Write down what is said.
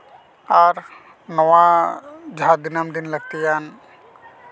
ᱟᱨ ᱱᱚᱣᱟ ᱡᱟᱦᱟᱸ ᱫᱤᱱᱟᱹᱢ ᱫᱤᱱ ᱞᱟᱹᱠᱛᱤᱭᱟᱱ